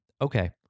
Okay